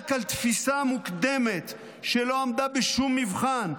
רק על תפיסה מוקדמת שלא עמדה בשום מבחן,